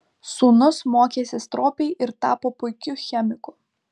sūnus mokėsi stropiai ir tapo puikiu chemiku